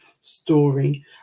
story